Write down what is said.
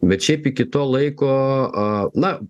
bet šiaip iki to laiko a na